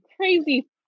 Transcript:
crazy